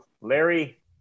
Larry